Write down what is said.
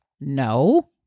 No